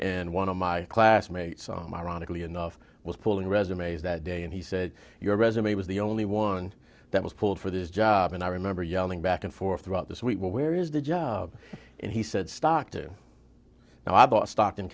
and one of my classmates ironically enough was pulling resumes that day and he said your resume was the only one that was pulled for this job and i remember yelling back and forth throughout this week where is the job and he said stock to no i bought stock in